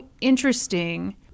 interesting